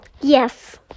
Yes